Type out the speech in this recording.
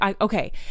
okay